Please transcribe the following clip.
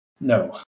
no